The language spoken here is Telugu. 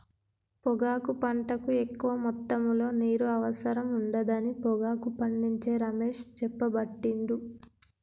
పొగాకు పంటకు ఎక్కువ మొత్తములో నీరు అవసరం ఉండదని పొగాకు పండించే రమేష్ చెప్పబట్టిండు